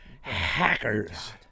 Hackers